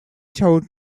told